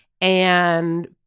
and-